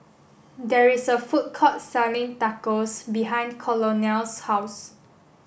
there is a food court selling Tacos behind Colonel's house